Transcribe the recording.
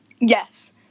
Yes